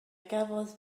gafodd